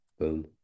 boom